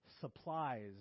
supplies